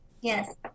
Yes